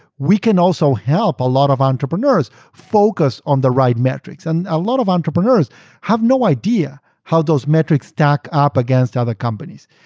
we can also help a lot of entrepreneurs focus on the right metrics. and a lot of entrepreneurs have no idea how those metrics stack up against other companies.